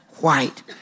white